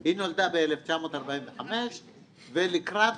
היא נולדה ב-1945 ולקראת